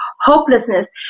hopelessness